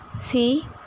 see